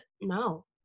No